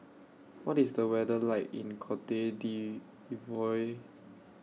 What IS The weather like in Cote D'Ivoire